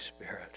Spirit